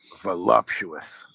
voluptuous